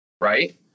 right